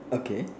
okay